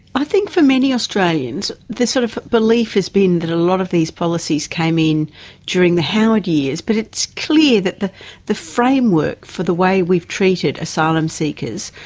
i think for many australians the sort of belief has been that a lot of these policies came in during the howard years, but it's clear that the the framework for the way we've treated asylum seekers,